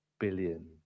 Billion